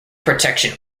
protection